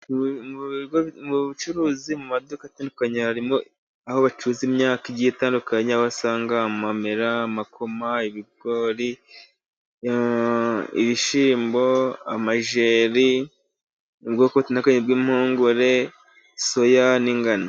Mu bucuruzi mu maduka atandukanye harimo aho bacuruza imyaka igiye itandukanye aho usanga amamera, amakoma, ibigori, ibishyimbo, amajeri, ubwoko butandukanye bw'impungure, soya, n'ingano.